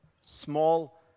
small